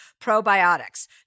probiotics